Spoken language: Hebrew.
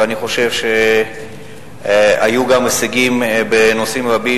ואני חושב שהיו גם הישגים בנושאים רבים,